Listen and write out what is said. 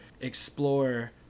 explore